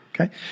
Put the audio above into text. Okay